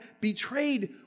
betrayed